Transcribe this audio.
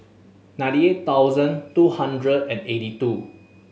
ninety eight thousand two hundred and eighty two